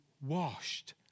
washed